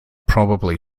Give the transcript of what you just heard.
probably